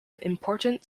important